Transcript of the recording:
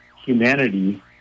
humanity